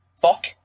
Fuck